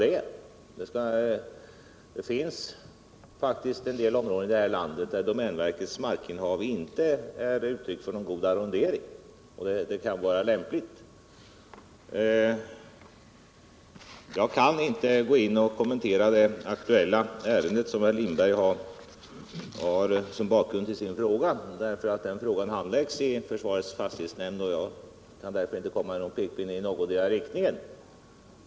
Det finns faktiskt en del områden i det här landet där domänverkets markinnehav inte har en god arrondering och där detta kan vara lämpligt. Jag kan inte gå in och kommentera det aktuella ärende som herr Lindberg har som bakgrund till sin fråga därför att det handläggs i försvarets fastighetsnämnd. Jag kan inte komma med någon pekpinne i någondera riktningen.